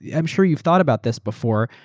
i'm sure you've thought about this before.